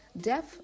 deaf